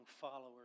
followers